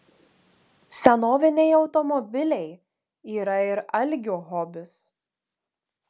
senoviniai automobiliai yra ir algio hobis